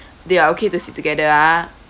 they are okay to sit together ah